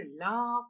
laugh